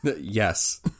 Yes